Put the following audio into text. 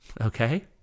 okay